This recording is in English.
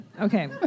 Okay